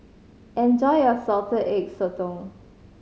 enjoy your Salted Egg Sotong